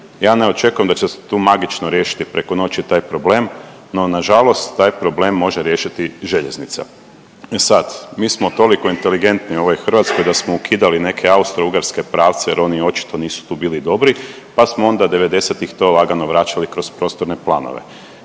Ja ne očekujem da će se tu magično riješiti preko noći taj problem, no na žalost taj problem može riješiti željeznica. E sad, mi smo toliko inteligentni u ovoj Hrvatskoj da smo ukidali neke austro-ugarske pravce jer oni očito nisu tu bili dobri, pa smo onda devedesetih to lagano vraćali kroz prostorne planove.